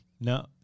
No